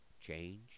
change